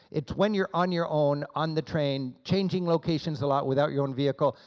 it's when you're on your own, on the train, changing locations a lot without your own vehicle,